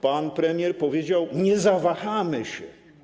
Pan premier powiedział: nie zawahamy się.